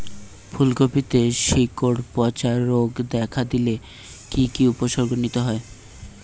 ফুলকপিতে শিকড় পচা রোগ দেখা দিলে কি কি উপসর্গ নিতে হয়?